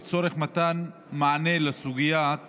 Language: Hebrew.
לצורך מתן מענה בסוגיית הדיור,